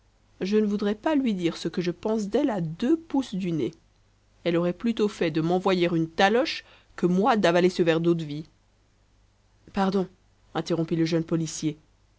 je ne voudrais pas lui dire ce que je pense d'elle à deux pouces du nez elle aurait plus tôt fait de m'envoyer une taloche que moi d'avaler ce verre d'eau-de-vie pardon interrompit le jeune policier